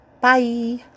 Bye